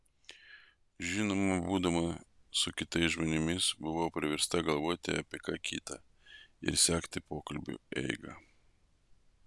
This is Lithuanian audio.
žinoma būdama su kitais žmonėmis buvau priversta galvoti apie ką kita ir sekti pokalbių eigą